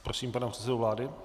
Prosím pana předsedu vlády.